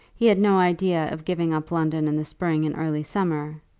he had no idea of giving up london in the spring and early summer.